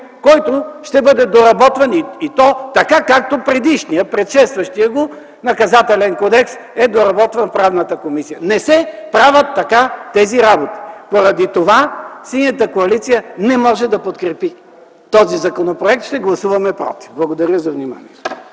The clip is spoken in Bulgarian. който ще бъде доработван и то така, както предшестващия го Наказателен кодекс е доработван в Комисията по правни въпроси. Не се правят така тези работи! Поради това Синята коалиция не може да подкрепи този законопроект. Ще гласуваме против. Благодаря ви за вниманието.